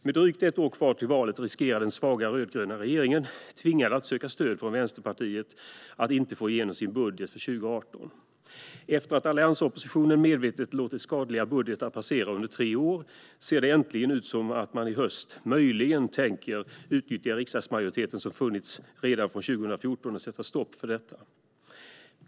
Med drygt ett år kvar till valet riskerar den svaga rödgröna regeringen, som är tvingad att söka stöd från Vänsterpartiet, att inte få igenom sin budget för 2018. Efter att alliansoppositionen medvetet låtit skadliga budgetar passera under tre år ser det äntligen ut som att man i höst möjligen tänker utnyttja den riksdagsmajoritet som funnits redan från 2014 och sätta stopp för detta.